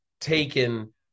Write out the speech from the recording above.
taken